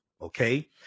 okay